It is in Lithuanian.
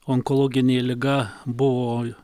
onkologinė liga buvo